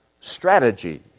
strategy